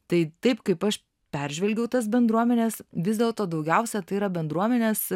tai taip kaip aš peržvelgiau tas bendruomenes vis dėlto daugiausia tai yra bendruomenės